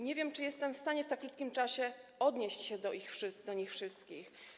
Nie wiem, czy jestem w stanie w tak krótkim czasie odnieść się do nich wszystkich.